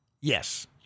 Yes